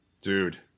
dude